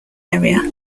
area